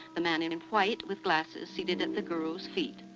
the man in in white with glasses seated at the guru's feet.